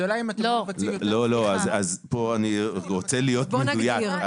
השאלה אם אתם מבצעים יותר --- אני רוצה להיות מדויק,